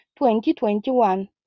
2021